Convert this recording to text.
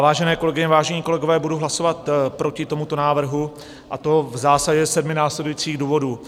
Vážené kolegyně, vážení kolegové, budu hlasovat proti tomuto návrhu, a to v zásadě ze sedmi následujících důvodů.